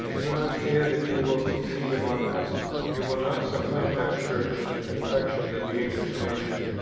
i do not fear that you will succeed among us you will not supplant our church in the affections of the english nation